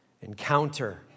Encounter